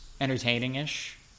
entertaining-ish